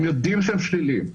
הם יודעים שהם שליליים.